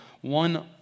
one